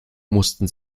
mussten